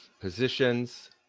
positions